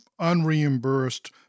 unreimbursed